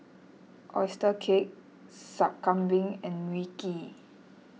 Oyster Cake Sup Kambing and Mui Kee